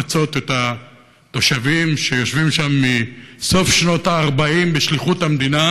לפצות את התושבים שיושבים שם מסוף שנות ה-40 בשליחות המדינה,